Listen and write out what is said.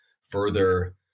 further